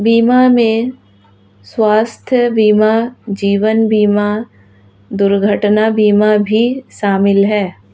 बीमा में स्वास्थय बीमा जीवन बिमा दुर्घटना बीमा भी शामिल है